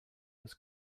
was